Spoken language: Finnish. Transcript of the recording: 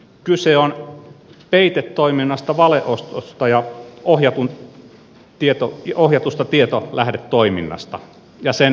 kyse on peitetoiminnasta valeostosta ja ohjatusta tietolähdetoiminnasta ja sen ilmoitusvelvollisuudesta